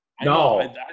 no